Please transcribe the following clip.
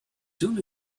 soon